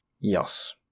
Yes